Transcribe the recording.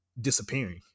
disappearing